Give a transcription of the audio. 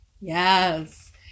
Yes